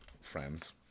friends